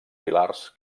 pilars